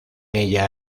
ella